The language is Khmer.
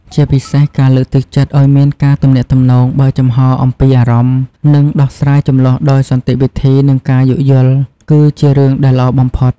ជាពិសេស ការលើកទឹកចិត្តឲ្យមានការទំនាក់ទំនងបើកចំហរអំពីអារម្មណ៍ និងដោះស្រាយជម្លោះដោយសន្តិវិធី និងការយោគយល់ គឺជារឿងដែលល្អបំផុត។